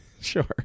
Sure